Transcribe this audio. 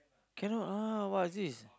cannot ah what's this